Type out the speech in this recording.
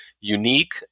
unique